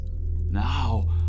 Now